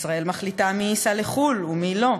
ישראל מחליטה מי ייסע לחו"ל ומי לא,